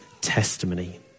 testimony